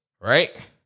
right